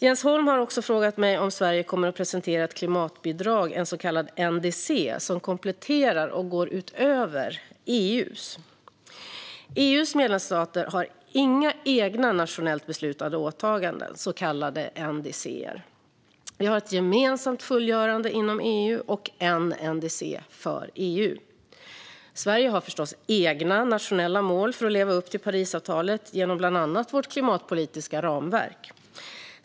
Jens Holm har också frågat mig om Sverige kommer att presentera ett klimatbidrag, en så kallad NDC, som kompletterar och går utöver EU:s. EU:s medlemsstater har inga egna nationellt beslutade åtaganden, så kallade NDC:er. Vi har ett gemensamt fullgörande inom EU och en NDC för EU. Sverige har förstås egna nationella mål för att leva upp till Parisavtalet genom bland annat vårt klimatpolitiska ramverk.